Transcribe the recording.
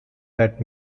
that